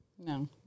No